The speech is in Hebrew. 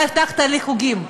אתה הבטחת לי חוגים.